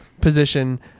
position